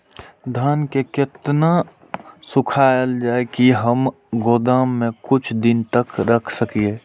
धान के केतना सुखायल जाय की हम गोदाम में कुछ दिन तक रख सकिए?